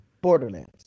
Borderlands